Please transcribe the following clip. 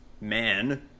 man